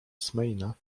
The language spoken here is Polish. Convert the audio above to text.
smaina